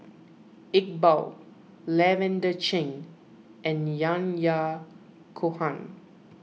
Iqbal Lavender Chang and Yahya Cohen